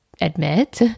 admit